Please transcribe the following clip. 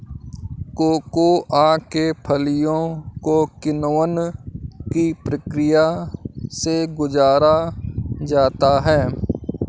cocoa के फलियों को किण्वन की प्रक्रिया से गुजारा जाता है